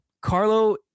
Carlo